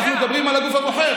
אנחנו מדברים על הגוף הבוחר.